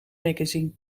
magazine